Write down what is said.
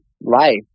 life